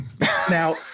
Now